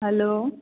hello